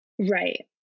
Right